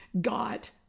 got